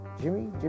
Jimmy